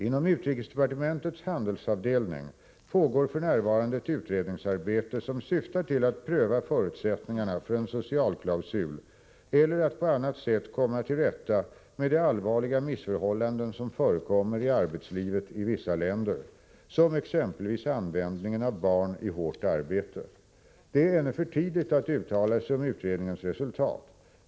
Inom utrikesdepartementets handelsavdelning pågår f. n. ett utredningsarbete som syftar till att pröva förutsättningarna för en socialklausul eller att på annat sätt komma till rätta med de allvarliga missförhållanden som förekommer i arbetslivet i vissa länder, som exempelvis användningen av barn i hårt arbete. Det är ännu för tidigt att uttala sig om utredningens resultat.